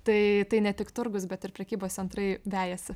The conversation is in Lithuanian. tai tai ne tik turgus bet ir prekybos centrai vejasi